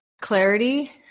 clarity